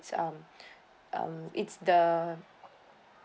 um um it's the